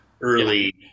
early